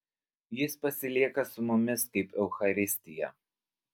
jis pasilieka su mumis kaip eucharistija